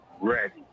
ready